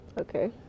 Okay